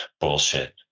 bullshit